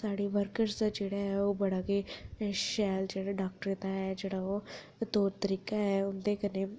साढ़ा वर्कस जेह्ड़ा ऐ बड़ा गै शैल जेह्ड़ा डॉक्टर दा जेह्ड़ा ओह् तौर तरीका ऐ